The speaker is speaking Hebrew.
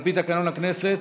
על פי תקנון הכנסת,